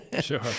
Sure